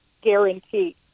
guarantee